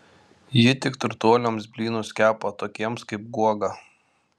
ji tik turtuoliams blynus kepa tokiems kaip guoga